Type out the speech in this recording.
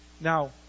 now